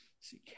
see